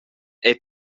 era